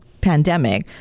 pandemic